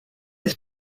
his